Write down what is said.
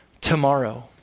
tomorrow